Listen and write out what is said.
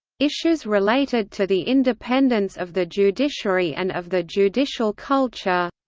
issues related to the independence of the judiciary and of the judicial culture